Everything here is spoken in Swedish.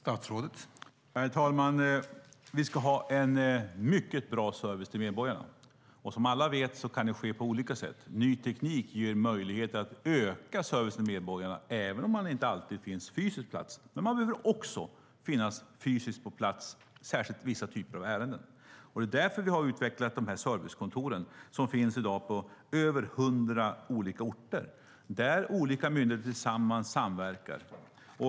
Herr talman! Vi ska ha en mycket bra service till medborgarna. Som alla vet kan det ske på olika sätt. Ny teknik ger möjligheter att öka servicen till medborgarna även om man inte alltid fysiskt finns på plats. Men man behöver också finnas fysiskt på plats, särskilt när det gäller vissa typer av ärenden. Det är därför vi har utvecklat servicekontoren, som i dag finns på över hundra olika orter och där olika myndigheter samverkar.